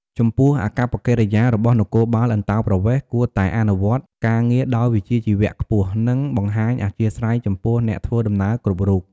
ចំពោះអាកប្បកិរិយារបស់នគរបាលអន្តោប្រវេសន៍ គួរតែអនុវត្តការងារដោយវិជ្ជាជីវៈខ្ពស់ និងបង្ហាញអធ្យាស្រ័យចំពោះអ្នកធ្វើដំណើរគ្រប់រូប។